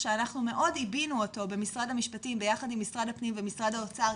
שאנחנו מאוד עיבינו אותו במשרד המשפטים ביחד עם משרד הפנים ומשרד האוצר,